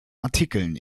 artikeln